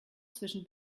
zwischen